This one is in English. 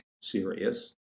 serious